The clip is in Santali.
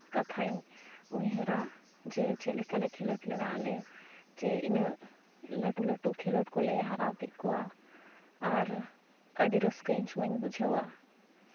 ᱠᱟᱛᱷᱟᱧ ᱩᱭᱦᱟᱹᱨᱟ ᱡᱮ ᱪᱮᱫ ᱞᱮᱠᱟᱞᱮ ᱠᱷᱮᱞᱳᱰ ᱞᱮᱱᱟ ᱟᱞᱮ ᱡᱮ ᱩᱱᱟᱹᱜ ᱞᱟᱹᱴᱩ ᱞᱟᱹᱴᱩ ᱠᱷᱮᱞᱳᱰ ᱠᱚᱞᱮ ᱦᱟᱨᱟᱣ ᱠᱮᱫ ᱠᱚᱣᱟ ᱟᱨ ᱟᱹᱰᱤ ᱨᱟᱹᱥᱠᱟᱹ ᱩᱱ ᱥᱚᱢᱚᱭ ᱤᱧ ᱵᱩᱡᱷᱟᱹᱣᱟ